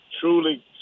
truly